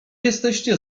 jesteście